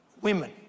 women